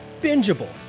bingeable